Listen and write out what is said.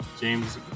James